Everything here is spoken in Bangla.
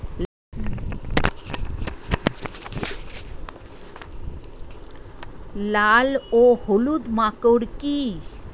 লাল ও হলুদ মাকর কী?